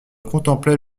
contemplait